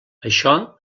això